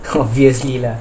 obviously lah